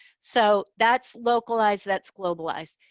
so that's localized, that's globalized.